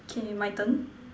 okay my turn